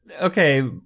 Okay